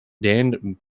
dan